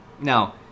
Now